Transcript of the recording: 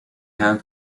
have